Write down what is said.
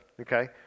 okay